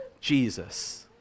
Jesus